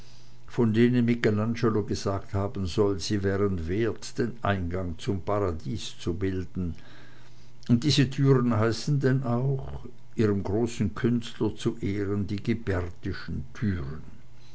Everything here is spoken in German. von denen michelangelo gesagt haben soll sie wären wert den eingang zum paradiese zu bilden und diese türen heißen denn auch ihrem großen künstler zu ehren die ghibertischen türen